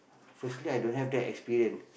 firstly i don't have that experience